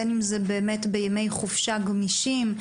בין אם בימי חופש גמישים,